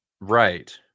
Right